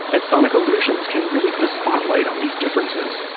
and sonic illusions can really put a spotlight on these differences,